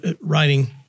writing